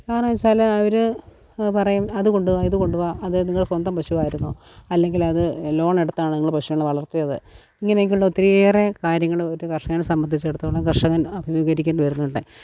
കാരണം വച്ചാൽ അവർ പറയും അതുകൊണ്ടുവാ ഇത് കൊണ്ടുവാ അത് നിങ്ങളെ സ്വന്തം പശുവായിരുന്നോ അല്ലെങ്കിലത് ലോണെടുത്താണോ നിങ്ങൾ പശുങ്ങളെ വളർത്തിയത് ഇങ്ങനെയൊക്കെയുള്ള ഒത്തിരിയേറെ കാര്യങ്ങൾ ഒരു കർഷകനെ സംബന്ധിച്ചെടുത്തോളം കർഷകൻ അഭിമുഖീകരിക്കേണ്ടി വരുന്നുണ്ട്